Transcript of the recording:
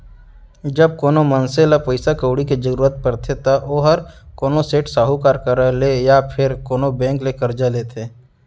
जब कोनो मनसे ल पइसा कउड़ी के जरूरत परथे त ओहर कोनो सेठ, साहूकार करा ले या फेर कोनो बेंक ले करजा लेथे